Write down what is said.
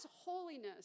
holiness